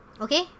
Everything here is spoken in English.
Okay